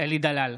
אלי דלל,